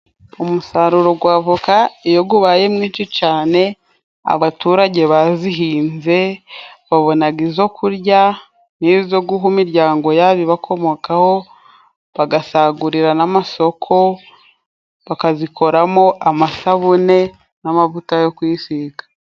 Umusaruro gwa avoka iyo gubaye mwinshi cane abaturage bazihinze babonaga izo kurya n'izo guha imiryango y'abibakomokaho, bagasagurira n' amasoko bakazikoramo amasabune n'amavuta yo kwisiga.